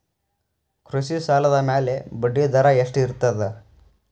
ಕೃಷಿ ಸಾಲದ ಮ್ಯಾಲೆ ಬಡ್ಡಿದರಾ ಎಷ್ಟ ಇರ್ತದ?